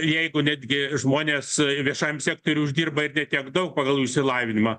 jeigu netgi žmonės viešajam sektoriuj uždirba tiek daug pagal jų išsilavinimą